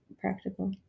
practical